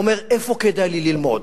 אומר: איפה כדאי לי ללמוד?